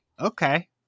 okay